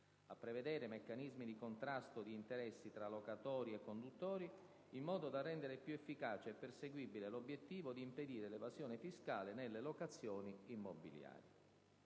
a prevedere meccanismi di "contrasto di interessi" tra locatori e conduttori in modo da rendere più efficace e perseguibile l'obiettivo di impedire l'evasione fiscale nelle locazioni immobiliari».